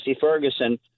Ferguson